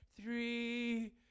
Three